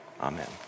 Amen